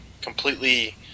completely